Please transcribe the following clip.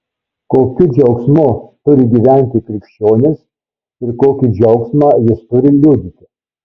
kokiu džiaugsmu turi gyventi krikščionis ir kokį džiaugsmą jis turi liudyti